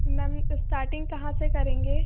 ma'am starting कहाँ से करेंगे